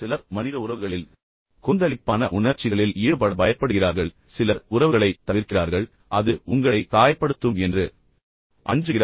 எனவே சிலர் மனித உறவுகளில் மற்றும் கொந்தளிப்பான உணர்ச்சிகளில் ஈடுபட பயப்படுகிறார்கள் சிலர் உறவுகளைத் தவிர்க்கிறார்கள் அது உங்களை காயப்படுத்தும் என்று அஞ்சுகிறார்கள்